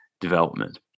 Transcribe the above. development